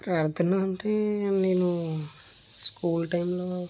అరుదైన పని కూడా